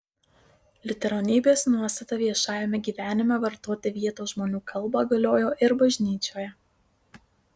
liuteronybės nuostata viešajame gyvenime vartoti vietos žmonių kalbą galiojo ir bažnyčioje